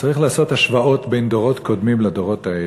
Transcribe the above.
צריך לעשות השוואות בין דורות קודמים לדורות האלה.